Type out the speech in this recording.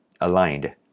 aligned